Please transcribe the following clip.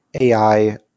AI